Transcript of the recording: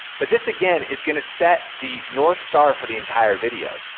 but this again, is gonna set the north star for the entire video.